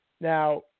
Now